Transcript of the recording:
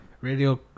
radio